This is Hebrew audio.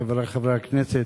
חברי חברי הכנסת,